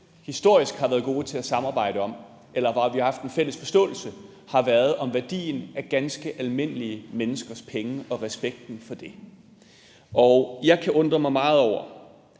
historisk har været gode til at samarbejde om, eller hvor vi har haft en fælles forståelse, har været om værdien af ganske almindelige menneskers penge og respekten for det. Jeg kan undre mig meget over,